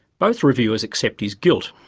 both reviewers accept his guilt.